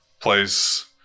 place